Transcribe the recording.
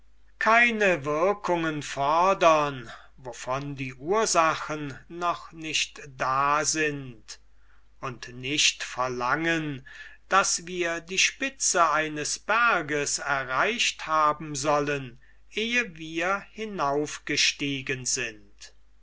keine wirkungen fodern wovon die ursachen noch nicht da sind und nicht verlangen daß wir die spitze eines berges erreicht haben sollen ehe wir hinauf gestiegen sind